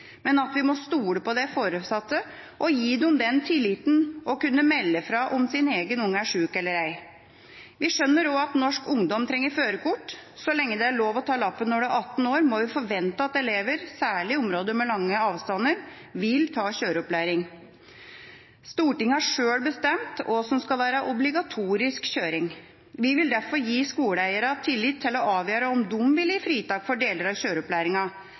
men at vi må stole på de foresatte og gi dem den tilliten å kunne melde fra om sin egen unge er syk eller ei. Vi skjønner også at norsk ungdom trenger førerkort. Så lenge det er lov å ta lappen når en er 18 år, må en forvente at elever, særlig i områder med lange avstander, vil ta kjøreopplæring. Stortinget har sjøl bestemt hva som skal være obligatorisk kjøring. Vi vil derfor gi skoleeierne tillit til å avgjøre om de vil gi fritak for deler av